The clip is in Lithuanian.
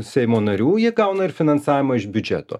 seimo narių ji gauna ir finansavimą iš biudžeto